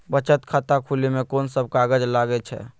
बचत खाता खुले मे कोन सब कागज लागे छै?